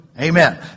Amen